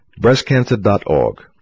Breastcancer.org